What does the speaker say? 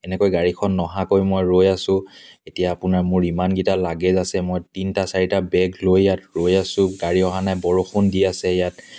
এনেকৈ গাড়ীখন নহাকৈ মই ৰৈ আছোঁ এতিয়া আপোনাৰ মোৰ ইমানকেইটা লাগেজ আছে মই তিনিটা চাৰিটা বেগ লৈ ইয়াত আছোঁ গাড়ী অহা নাই বৰষুণ দি আছে ইয়াত